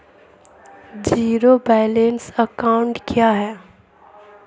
Zero balance account क्या है?